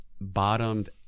bottomed